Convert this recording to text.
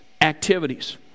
activities